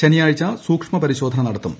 ശനിയാഴ്ച സൂക്ഷ്മപരിശോധന നടത്തും